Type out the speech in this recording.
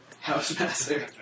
House-master